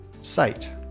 site